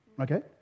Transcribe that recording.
okay